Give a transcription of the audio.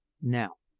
now,